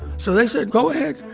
so they said, go ahead.